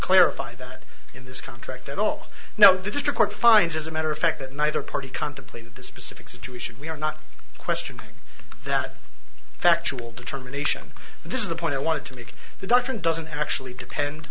clarify that in this contract at all now they just report finds as a matter of fact that neither party contemplated the specific situation we are not questioning that factual determination this is the point i wanted to make the dock and doesn't actually depend